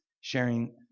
sharing